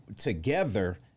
together